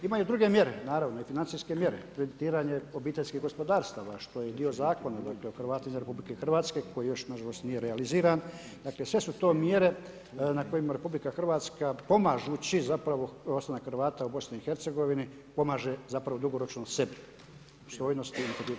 Imaju i druge mjere naravno, financijske mjere, kreditiranje obiteljskih gospodarstava, što je i dio zakona, dakle Hrvati izvan RH koji još nažalost nije realiziran, dakle sve su to mjere na kojima RH pomažući zapravo ostanak Hrvata u BiH pomaže zapravo dugoročno sebi, integritetu i razvoju.